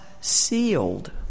sealed